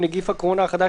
הממשלה בכל מקרה עד ערב החג,